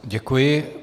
Děkuji.